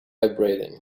vibrating